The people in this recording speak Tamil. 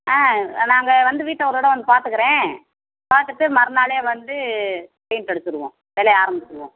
ஆ நாங்கள் வந்து வீட்டை ஒரு தடவை வந்து பார்த்துக்குறேன் பார்த்துட்டு மறுநாளே வந்து பெயிண்ட் அடிச்சுடுவோம் வேலையை ஆரம்பிச்சுடுவோம்